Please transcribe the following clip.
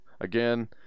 again